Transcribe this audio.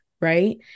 right